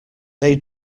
they